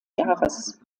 jahres